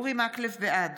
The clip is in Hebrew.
בעד